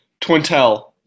Twintel